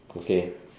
okay